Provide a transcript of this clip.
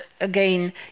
again